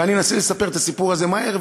ואני אנסה לספר את הסיפור הזה מהר,